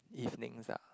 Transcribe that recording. evenings ah